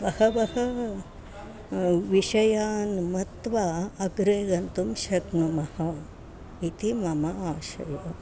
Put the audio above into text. बहवः विषयान् मत्वा अग्रे गन्तुं शक्नुमः इति मम आशयः